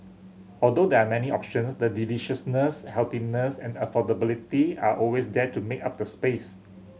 although there are many option the deliciousness healthiness and affordability are always there to make up the space